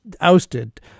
ousted